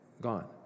gone